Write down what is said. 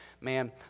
man